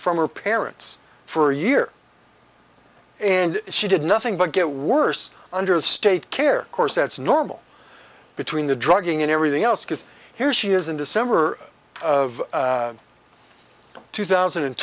from her parents for a year and she did nothing but get worse under state care course that's normal between the drugging and everything else because here's years in december of two thousand and